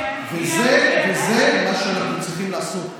זה מה שאנחנו צריכים לעשות.